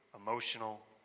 emotional